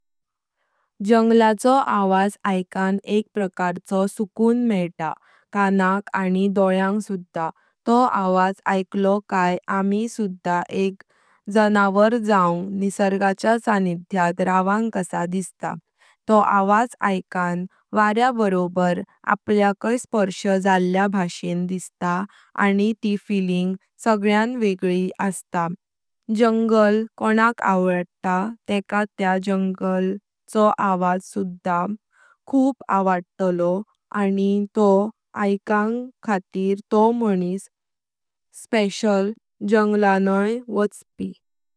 जंगलाचो आवाज आइकान एक प्रकार चो सुकून मिता कानग आनी डोळ्यांग सुधा। तो आवाज आइकलो काय आमय सुधा एक जनावरां जाऊन निसर्गाच्या सान्निध्यात रवांग कसा दिसता। तो आवाज आइकान वार्या बरोबर आपल्याकय स्पर्श झाल्या भाषेण दिसता आनी ती फीलिंग संगल्यान वेगळीच असता। जंगलें कोणाक आवडता तेका त्या जंगलाचो आवाज सुधा खूप आवडलोत आनी तो आइकांग खातीर तो माणिस स्पेशल जंगलें आय वचपी।